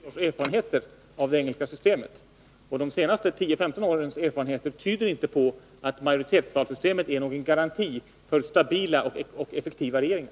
Fru talman! Det är riktigt, men min poäng var den att vi har ytterligare 60 års erfarenheter av det engelska systemet och att de senaste årens iakttagelser inte tyder på att majoritetsvalssystemet är någon garanti för stabila och effektiva regeringar.